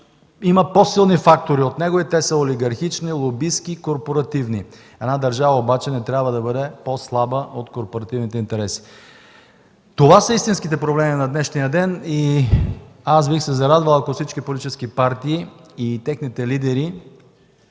има по-силни фактори от него. Те са олигархични, лобистки, корпоративни. Една държава обаче не трябва да бъде по-слаба от корпоративните интереси. Това са истинските проблеми на днешния ден. Бих се зарадвал, ако всички политически партии и техните лидери